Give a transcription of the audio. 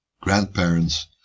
grandparents